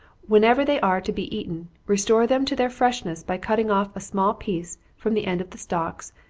whenever they are to be eaten, restore them to their freshness by cutting off a small piece from the end of the stalks,